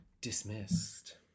dismissed